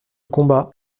combat